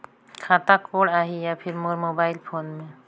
खाता कोड आही या फिर मोर मोबाइल फोन मे?